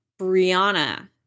Brianna